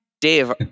Dave